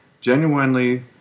genuinely